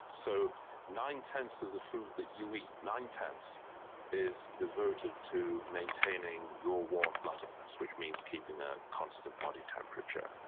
so nine-tenths of the food that you eat, nine-tenths is devoted to maintaining your warm-bloodedness, which means keeping a constant body temperature.